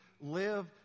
Live